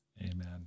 Amen